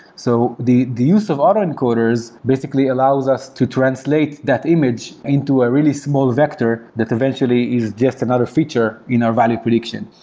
so the the use of auto encoders basically allows us to translate that image into a really small vector that eventually is just another feature in our value prediction.